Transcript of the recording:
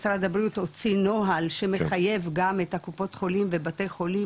משרד הבריאות הוציא נוהל שמחייב גם את קופות החולים ובתי חולים,